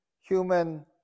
human